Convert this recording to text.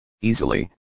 Easily